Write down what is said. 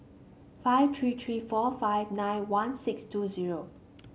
five three three four five nine one six two zero